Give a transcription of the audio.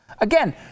Again